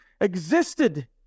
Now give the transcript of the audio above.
existed